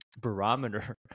barometer